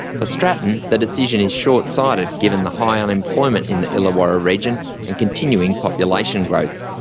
for stratton, the decision is short-sighted given the high unemployment in the illawarra region and continuing population growth.